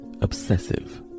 obsessive